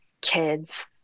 kids